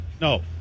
No